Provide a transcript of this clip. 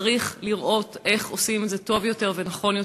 צריך לראות איך עושים את זה טוב יותר ונכון יותר.